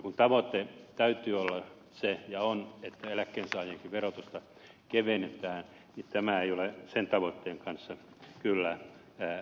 kun tavoitteena täytyy olla ja on se että eläkkeensaajienkin verotusta kevennetään tämä ei ole sen tavoitteen kanssa kyllä linjassa